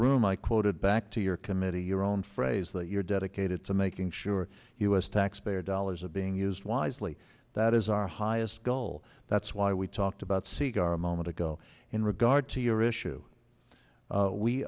room i quoted back to your committee your own phrase that you're dedicated to making sure u s taxpayer dollars are being used wisely that is our highest goal that's why we talked about sega a moment ago in regard to your issue